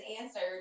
answered